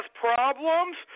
problems